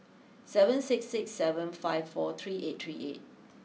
seven six six seven five four three eight three eight